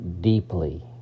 deeply